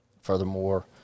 Furthermore